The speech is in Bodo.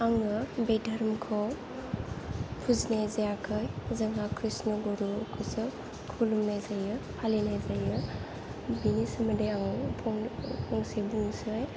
आङो बे धोरोमखौ फुजिनाय जायाखै जोंहा कृष्ण गुरुखौसो खुलुमनाय जायो फालिनाय जायो बिनि सोमोन्दै आं फंनै फंसे बुंनोसै